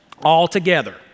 altogether